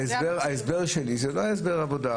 ההסבר שלי הוא לא סידור עבודה.